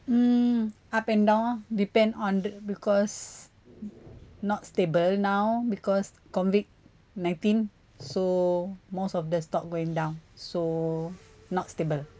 mm up and down lah depend on the because not stable now because COVID nineteen so most of the stock going down so not stable